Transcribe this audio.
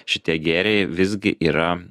šitie gėriai visgi yra